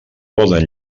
poden